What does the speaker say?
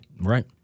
Right